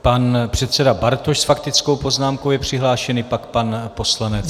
Pan předseda Bartoš s faktickou poznámkou je přihlášen, pak pan poslanec Birke.